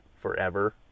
forever